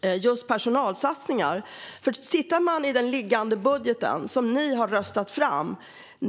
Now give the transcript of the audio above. Jag undrar var personalsatsningar nämns i den budget som ni har röstat fram.